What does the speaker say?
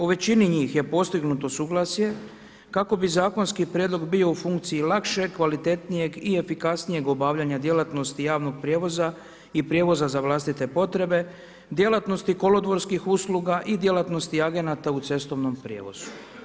U većini njih je postignuto suglasje kako bi zakonski prijedlog bio u funkciji lakšeg, kvalitetnijeg i efikasnijeg obavljanja djelatnosti javnog prijevoza i prijevoza za vlastite potrebe, djelatnosti kolodvorskih usluga i djelatnosti agenata u cestovnom prijevozu.